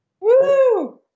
Woo